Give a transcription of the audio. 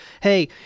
hey